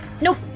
Nope